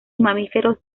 mamíferos